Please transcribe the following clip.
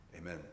Amen